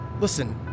Listen